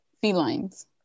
felines